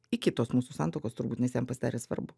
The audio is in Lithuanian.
iki tos mūsų santuokos turbūt nes jam pasidarė svarbu